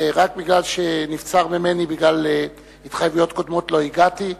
ורק משום שנבצר ממני בגלל התחייבויות קודמות לא הגעתי.